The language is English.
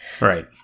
Right